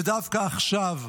ודווקא עכשיו,